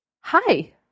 Hi